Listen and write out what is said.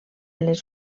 les